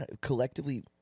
collectively